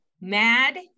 mad